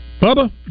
Bubba